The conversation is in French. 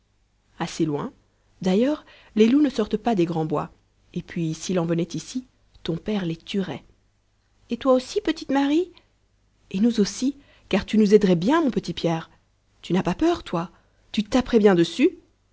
assez loin d'ailleurs les loups ne sortent pas des grands bois et puis s'il en venait ici ton père les tuerait et toi aussi petite marie et nous aussi car tu nous aiderais bien mon pierre tu n'as pas peur toi tu taperais bien dessus